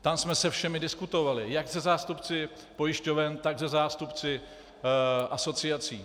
Tam jsme se všemi diskutovali jak se zástupci pojišťoven, tak se zástupci asociací.